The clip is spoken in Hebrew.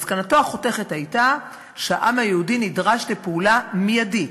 מסקנתו החותכת הייתה שהעם היהודי נדרש לפעולה מיידית.